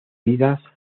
vidas